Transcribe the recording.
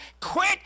quit